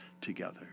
together